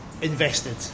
Invested